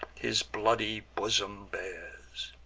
his bloody bosom bares.